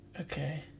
Okay